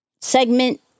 segment